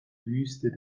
wüste